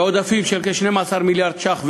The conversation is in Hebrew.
בעודפים של כ-12 מיליארד ש"ח ויותר,